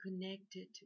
connected